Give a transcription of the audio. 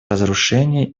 разрушения